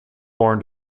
born